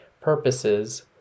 purposes